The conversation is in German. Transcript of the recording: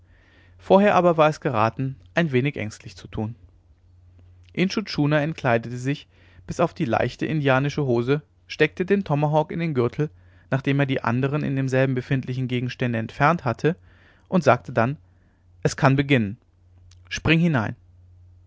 vorher aber war es geraten ein wenig ängstlich zu tun intschu tschuna entkleidete sich bis auf die leichte indianische hose steckte den tomahawk in den gürtel nachdem er die anderen in demselben befindlichen gegenstände entfernt hatte und sagte dann es kann beginnen spring hinein